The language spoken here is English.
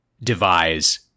devise